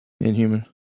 inhuman